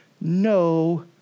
no